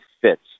fits